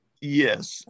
Yes